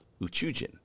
uchujin